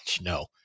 no